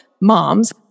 moms